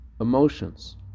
emotions